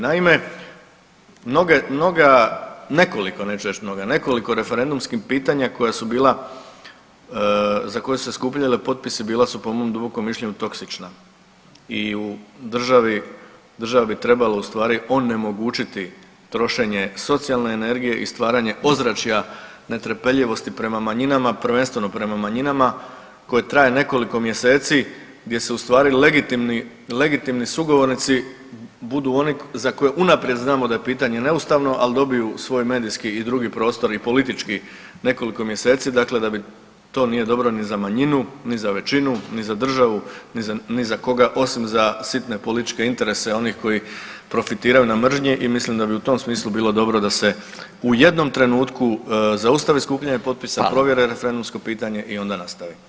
Naime, mnoge, mnoga, nekoliko, neću reći mnoga, nekoliko referendumskim pitanja koja su bila, za koja su se skupljali potpisi, bila su po mom dubokom mišljenju, toksična i u državi, država bi trebala ustvari onemogućiti trošenje socijalne energije i stvaranje ozračja netrpeljivosti prema manjinama, prvenstveno prema manjinama, koje traje nekoliko mjeseci gdje se ustvari legitimni sugovornici budu oni za koje unaprijed znamo da je pitanje neustavno, ali dobiju svoj medijski i drugi prostor i politički, nekoliko mjeseci, dakle da bi, to nije dobro ni za manjinu ni za većinu ni za državu ni za koga osim za sitne političke interese onih koji profitiraju na mržnji i mislim da bi u tom smislu bilo dobro da se u jednom trenutku zaustavi skupljanje potpisa [[Upadica: Hvala.]] provjere referendumsko pitanje i onda nastavi.